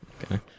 okay